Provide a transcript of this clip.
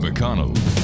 McConnell